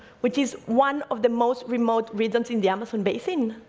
which is one of the most remote regions in the amazon basin,